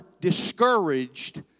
discouraged